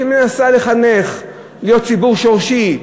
שמנסה לחנך, להיות ציבור שורשי,